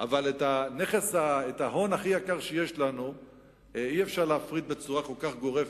אבל את ההון הכי יקר שיש לנו אי-אפשר להפריט בצורה כל כך גורפת,